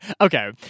okay